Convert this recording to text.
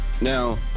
Now